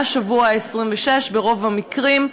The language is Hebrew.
מהשבוע ה-26 ברוב המקרים,